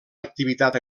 activitat